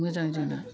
मोजां जोंना